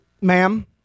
ma'am